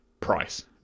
price